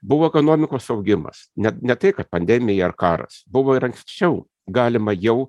buvo ekonomikos augimas ne ne tai kad pandemija ar karas buvo ir anksčiau galima jau